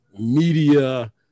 media